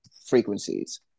frequencies